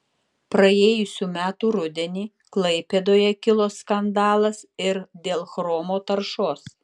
praėjusių metų rudenį klaipėdoje kilo skandalas ir dėl chromo taršos